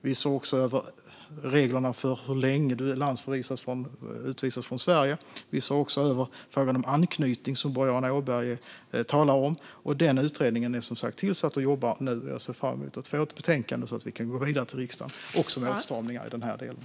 Vi ser också över reglerna för hur länge du utvisas från Sverige - återreseförbud. Vi ser också över frågan om anknytning, som Boriana Åberg talar om. Utredningen är tillsatt och jobbar, och jag ser fram emot att få ett betänkande så att vi kan gå vidare till riksdagen.